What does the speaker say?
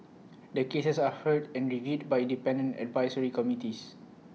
the cases are heard and reviewed by independent advisory committees